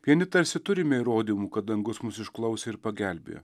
vieni tarsi turime įrodymų kad dangus mus išklausė ir pagelbėjo